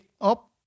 up